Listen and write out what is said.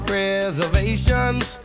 reservations